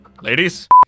ladies